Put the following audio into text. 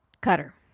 Cutter